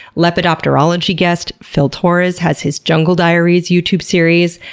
lepidopterology guest phil torres has his jungle diaries youtube series.